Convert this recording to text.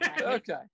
Okay